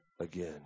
again